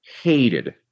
hated